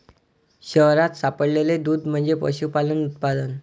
शहरात सापडलेले दूध म्हणजे पशुपालन उत्पादन